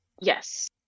Yes